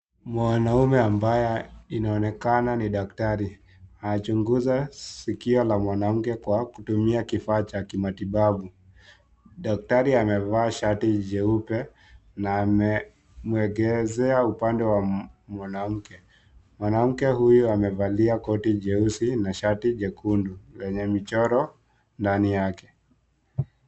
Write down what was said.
Mwanaume ambaye inaonekana ni daktari anachunguza sikio la mwanamke kwa kutumia kifaa cha kimatibabu. Daktari amevaa shati jeupe na amemwelekezea upande wa mwanamke. Mwanamke huyu amevalia koti jeuusi na shati jekundu lenye michoro ndani yake.